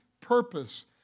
purpose